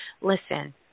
listen